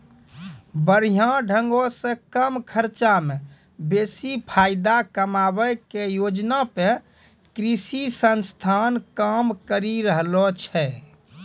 बढ़िया ढंगो से कम खर्चा मे बेसी फायदा कमाबै के योजना पे कृषि संस्थान काम करि रहलो छै